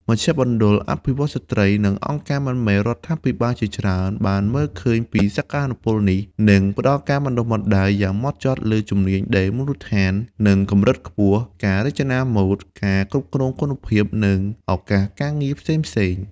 មជ្ឈមណ្ឌលអភិវឌ្ឍន៍ស្ត្រី និងអង្គការមិនមែនរដ្ឋាភិបាលជាច្រើនបានមើលឃើញពីសក្តានុពលនេះ និងផ្តល់ការបណ្តុះបណ្តាលយ៉ាងហ្មត់ចត់លើ ជំនាញដេរមូលដ្ឋាន និងកម្រិតខ្ពស់ ការរចនាម៉ូដ ការគ្រប់គ្រងគុណភាព និងឱកាសការងារផ្សេងៗ។